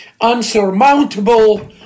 unsurmountable